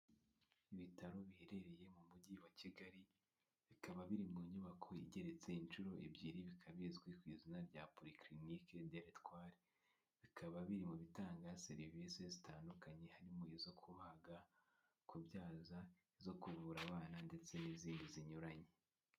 Ibitaro biherereye mu mujyi wa kigali bikaba biri mu nyubako igeretse inshuro ebyiri bikaba bizwi ku izina rya poyclinique de l'etoile bikaba biri mu bitanga serivisi zitandukanye harimo izo kubaga kubyaza zo kuvura abana ndetse n'izindi zinyuranye.